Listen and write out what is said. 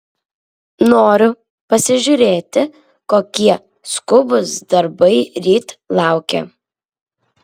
noriu pasižiūrėti kokie skubūs darbai ryt laukia